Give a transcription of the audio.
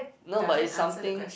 no but is something